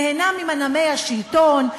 נהנה ממנעמי השלטון,